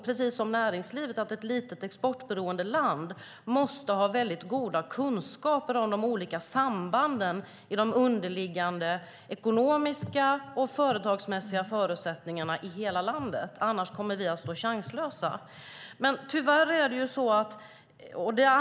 Precis som näringslivet tror jag att ett litet, exportberoende land måste ha väldigt goda kunskaper om de olika sambanden i de underliggande ekonomiska och företagsmässiga förutsättningarna i hela landet. Annars kommer vi att stå chanslösa.